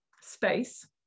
space